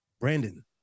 Brandon